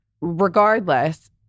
Regardless